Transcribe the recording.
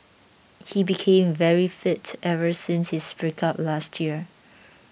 he became very fit ever since his breakup last year